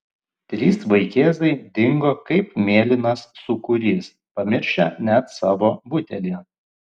trys vaikėzai dingo kaip mėlynas sūkurys pamiršę net savo butelį